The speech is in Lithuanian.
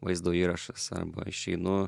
vaizdo įrašas arba išeinu